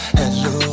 hello